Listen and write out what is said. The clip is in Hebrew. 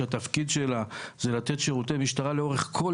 שהתפקיד שלה זה לתת שירותי משטרה לאורך כול